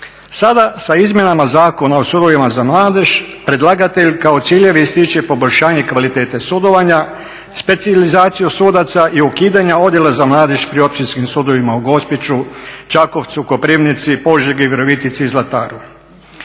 Sada sa izmjenama Zakona o sudovima za mladež predlagatelj kao ciljeve ističe poboljšanje kvalitete sudovanja, specijalizacije sudaca i ukidanje Odjela za mladež pri Općinskim sudovima u Gospiću, Čakovcu, Koprivnici, Požegi, Virovitici i Zlataru.